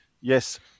Yes